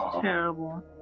terrible